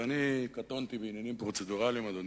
ואני קטונתי מעניינים פרוצדורליים, אדוני,